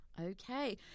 okay